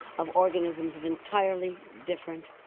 of organisms of entirely different.